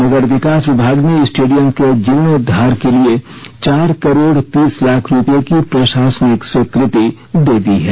नगर विकास विभाग ने स्टेडियम के जीर्णोद्वार के लिए चार करोड़ तीस लाख रुपए की प्रशासनिक स्वीकृति दे दी है